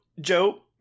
Joe